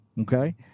Okay